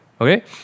Okay